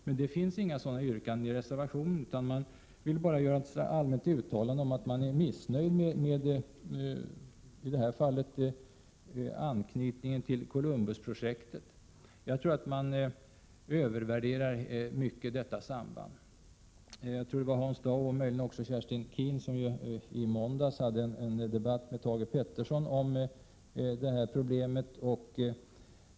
Men det finns inga sådana yrkanden i reservationen — reservanterna vill bara göra ett allmänt uttalande om att man är missnöjd med anknytningen till Columbusprojektet. Jag tror att man mycket övervärderar detta samband. Jag tror att det var Hans Dau och möjligen också Kerstin Keen som i måndags förde en debatt med Thage Peterson om det här problemet.